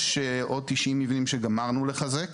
יש עוד 90 מבנים שגמרנו לחזק